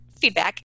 feedback